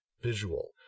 visual